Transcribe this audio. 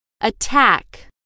Attack